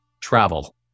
Travel